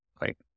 right